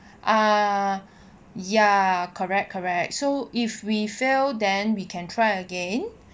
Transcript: uh ya correct correct so if we fail then we can try again